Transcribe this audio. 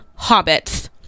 hobbits